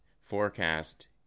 forecast